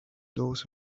those